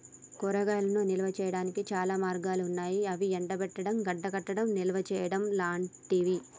కూరగాయలను నిల్వ చేయనీకి చాలా మార్గాలన్నాయి గవి ఎండబెట్టడం, గడ్డకట్టడం, నిల్వచేయడం లాంటియి